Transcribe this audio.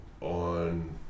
on